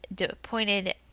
appointed